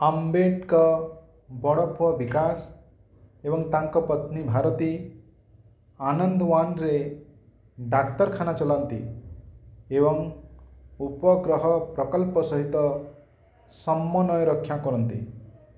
ଅମ୍ବେଟ୍କ ବଡ଼ ପୁଅ ବିକାଶ ଏବଂ ତାଙ୍କ ପତ୍ନୀ ଭାରତୀ ଆନନ୍ଦୱାନରେ ଡାକ୍ତରଖାନା ଚଲାନ୍ତି ଏବଂ ଉପଗ୍ରହ ପ୍ରକଳ୍ପ ସହିତ ସମନ୍ୱୟ ରକ୍ଷା କରନ୍ତି